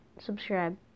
Subscribe